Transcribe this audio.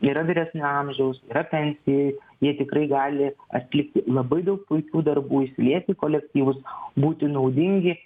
yra vyresnio amžiaus yra pensijoj jie tikrai gali atlikti labai daug puikių darbų įsiliet į kolektyvus būti naudingi